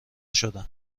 شدم